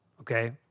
okay